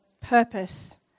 purpose